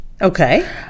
Okay